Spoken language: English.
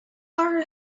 are